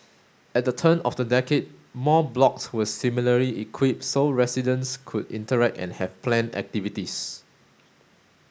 at the turn of the decade more blocks were similarly equipped so residents could interact and have planned activities